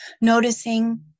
noticing